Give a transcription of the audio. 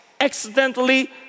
accidentally